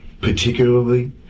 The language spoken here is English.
particularly